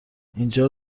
اینجا